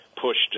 pushed